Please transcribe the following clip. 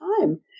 time